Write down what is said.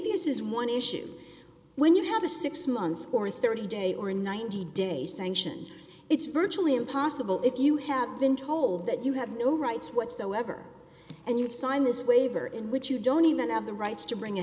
us is one issue when you have a six month or thirty day or a ninety day sanction it's virtually impossible if you have been told that you have no rights whatsoever and you've signed this waiver in which you don't even have the rights to bring